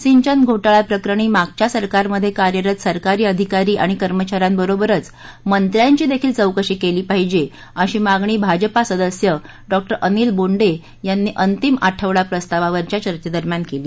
सिंचन घोटाळा प्रकरणी मागच्या सरकारमध्ये कार्यरत सरकारी अधिकारी आणि कर्मचाऱ्यांबरोबरच मंत्र्यांचीदेखील चौकशी केली पाहीजे अशी मागणी भाजपा सदस्य डॉ अनिल बोंडे यानी अंतिम आठवडा प्रस्तावावरच्या चर्चेदरम्यान केली